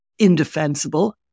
indefensible